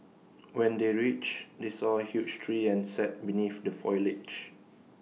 when they reached they saw A huge tree and sat beneath the foliage